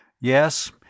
Yes